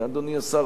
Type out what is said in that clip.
אדוני השר,